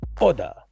Order